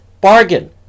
bargain